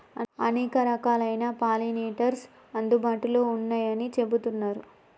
అనేక రకాలైన పాలినేటర్స్ అందుబాటులో ఉన్నయ్యని చెబుతున్నరు